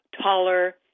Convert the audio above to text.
taller